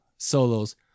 solos